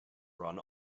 run